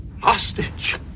Hostage